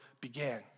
began